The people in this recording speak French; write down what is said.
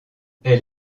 elle